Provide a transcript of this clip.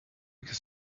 could